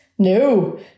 No